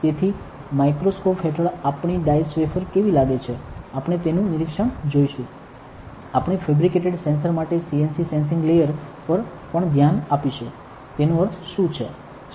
તેથી માઇક્રોસ્કોપ હેઠળ આપણી ડાઈસ્ડ વેફર કેવી લાગે છે આપણે તેનું નિરીક્ષણ જોશું આપણે ફેબ્રિકેટેડ સેન્સર માટે CNT સેન્સિંગ લેયર પર પણ ધ્યાન આપીશું તેનો અર્થ શું છે